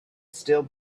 still